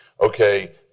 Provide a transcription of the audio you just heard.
okay